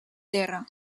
terra